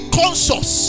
conscious